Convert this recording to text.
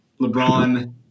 LeBron